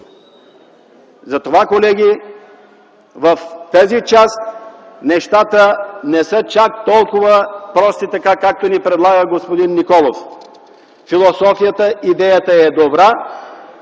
Затова, колеги, в тази част нещата не са чак толкова прости, така както ни предлага господин Николов. Философията, идеята е добра,